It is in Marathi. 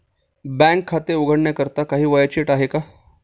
बँकेत खाते उघडण्याकरिता काही वयाची अट आहे का?